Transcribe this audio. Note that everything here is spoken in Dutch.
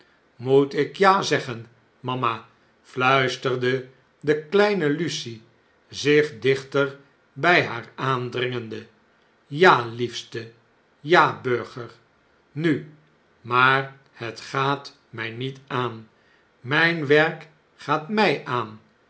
moet ik ja zeggen mama fluisterde de kleine lucie zich dichter bjj haar aandringende ja liefste ja burger nu maar het gaat mjj niet aan mjjnwerk gaat mjj aan